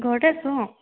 ঘৰতে আছোঁ অঁ